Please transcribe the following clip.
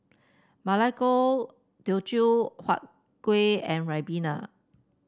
Ma Lai Gao Teochew Huat Kueh and Ribena